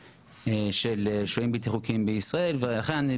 ולכן אני באמת הייתי רוצה שננסה אולי